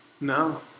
No